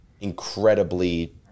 incredibly